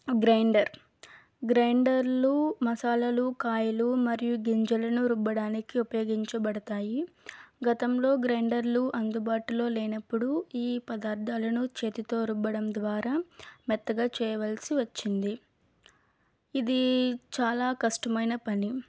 grinder గ్రైండర్లు మసాలాలు కాయలు మరియు గింజలను రుబ్బడానికి ఉపయోగించబడతాయి గతంలో గ్రైండర్లు అందుబాటులో లేనప్పుడు ఈ పదార్థాలను చేతితో రుబ్బడం ద్వారా మెత్తగా చేయవలసి వచ్చింది ఇది చాలా కష్టమైన పని